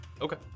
Okay